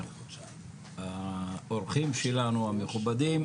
האורחים שלנו המכובדים,